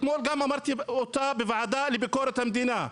אתמול גם אמרתי אותה בוועדה לביקורת המדינה,